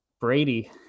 Brady